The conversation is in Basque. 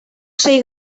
sei